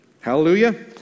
Hallelujah